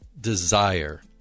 desire